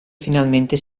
finalmente